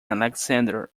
alexander